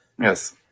Yes